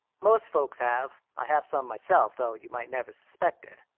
most folks have. i have some myself, though you might never suspect it.